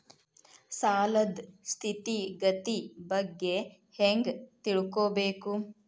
ಸಾಲದ್ ಸ್ಥಿತಿಗತಿ ಬಗ್ಗೆ ಹೆಂಗ್ ತಿಳ್ಕೊಬೇಕು?